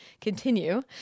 continue